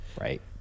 Right